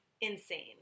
Insane